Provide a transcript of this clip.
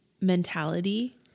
mentality